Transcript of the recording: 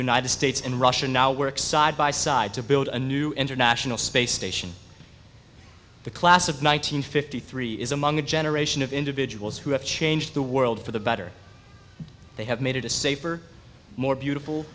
united states and russia now work side by side to build a new international space station the class of one nine hundred fifty three is among a generation of individuals who have changed the world for the better they have made it a safer more beautiful